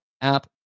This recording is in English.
app